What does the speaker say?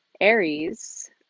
Aries